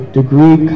degree